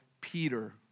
Peter